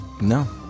no